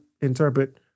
interpret